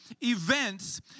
events